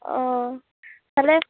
ᱚ ᱛᱟᱦᱚᱞᱮ